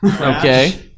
okay